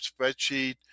spreadsheet